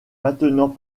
maintenant